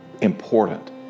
important